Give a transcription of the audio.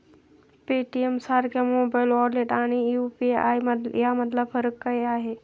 पेटीएमसारख्या mobile wallet आणि UPI यामधला फरक काय आहे?